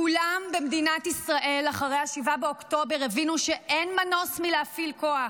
כולם במדינת ישראל אחרי 7 באוקטובר הבינו שאין מנוס מלהפעיל כוח,